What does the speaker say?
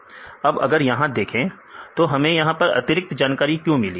यहां पर हमें यह अतिरिक्त जानकारी क्यों मिली है